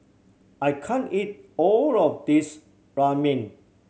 I can't eat all of this Ramen